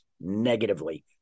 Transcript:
negatively